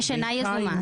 יש שינה יזומה.